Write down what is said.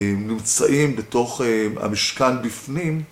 נמצאים לתוך המשכן בפנים